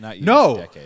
No